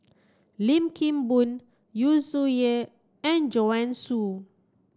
Lim Kim Boon Yu Zhuye and Joanne Soo